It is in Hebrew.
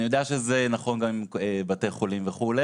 אני יודע שזה נכון גם עם בתי חולים וכו'.